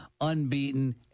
unbeaten